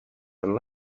ten